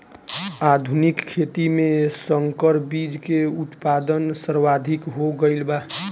आधुनिक खेती में संकर बीज के उत्पादन सर्वाधिक हो गईल बा